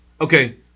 okay